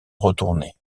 retourné